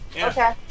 Okay